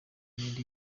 n’indi